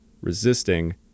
resisting